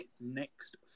next